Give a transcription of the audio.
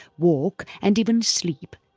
walk and even sleep.